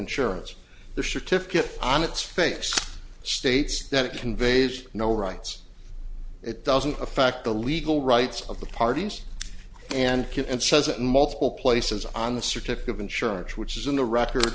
insurance the sure to fit on its face states that it conveys no rights it doesn't affect the legal rights of the parties and can and says it multiple places on the certificate of insurance which is in the record